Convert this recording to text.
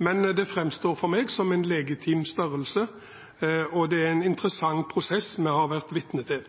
men det framstår for meg som en legitim størrelse, og det er en interessant prosess vi har vært vitne til.